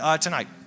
tonight